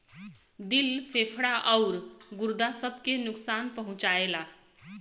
दिल फेफड़ा आउर गुर्दा सब के नुकसान पहुंचाएला